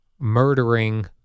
murdering